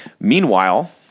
Meanwhile